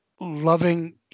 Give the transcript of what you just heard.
loving